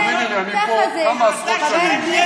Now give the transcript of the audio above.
תאמיני לי, אני פה כמה עשרות שנים,